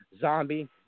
zombie